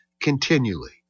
Continually